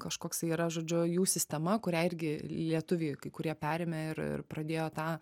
kažkoksai yra žodžiu jų sistema kurią irgi lietuviai kai kurie perėmė ir ir pradėjo tą